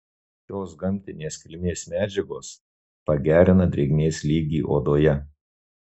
šios gamtinės kilmės medžiagos pagerina drėgmės lygį odoje